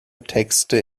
texte